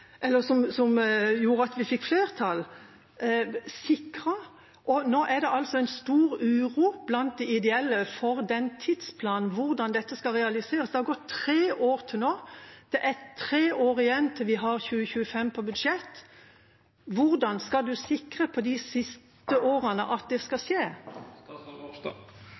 eller som gjorde at vi fikk flertall, sikret. Nå er det altså en stor uro blant de ideelle for den tidsplanen – hvordan dette skal realiseres. Det har gått tre år til nå, og det er tre år igjen til vi har 2025 på budsjett. Hvordan skal man sikre at det skal skje i løpet av de siste årene?